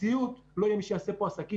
במציאות לא יהיה מי שיעשה פה עסקים,